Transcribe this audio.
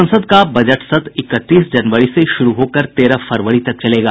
संसद का बजट सत्र इकतीस जनवरी से शुरू होकर तेरह फरवरी तक चलेगा